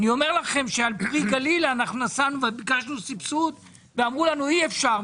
אני אומר לכם שעל פרי גליל ביקשנו סבסוד ואמרו לנו שאי-אפשר,